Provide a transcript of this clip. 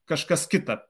kažkas kita